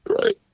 Right